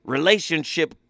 Relationship